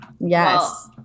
Yes